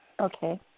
Okay